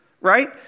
right